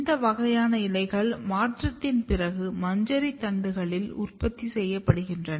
இந்த வகையான இலைகள் மாற்றத்திற்குப் பிறகு மஞ்சரி தண்டுகளில் உற்பத்தி செய்யப்படுகின்றன